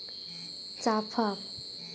चाफा